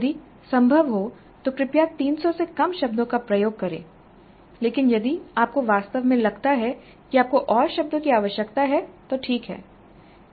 यदि संभव हो तो कृपया 300 से कम शब्दों का प्रयोग करें लेकिन यदि आपको वास्तव में लगता है कि आपको और शब्दों की आवश्यकता है तो ठीक है